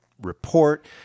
report